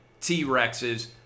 T-Rexes